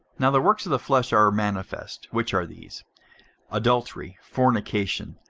now the works of the flesh are manifest, which are these adultery, fornication,